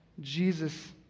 Jesus